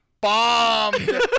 bombed